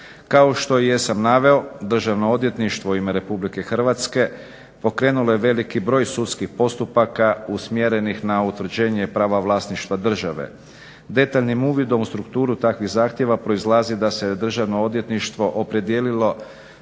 Kao što jesam naveo, državno odvjetništvo u ime RH pokrenulo je veliki broj sudskih postupaka usmjerenih na utvrđenje i prava vlasništva države. Detaljnim uvidom u strukturu takvih zahtjeva proizlazi da se je državno odvjetništvo opredijelilo